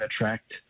attract